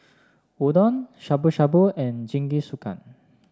Udon Shabu Shabu and Jingisukan